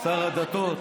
שר הדתות,